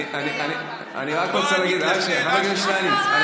אני רק רוצה להגיד, שטייניץ, אני